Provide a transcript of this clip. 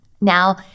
Now